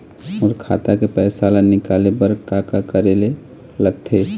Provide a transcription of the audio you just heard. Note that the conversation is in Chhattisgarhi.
मोर खाता के पैसा ला निकाले बर का का करे ले लगथे?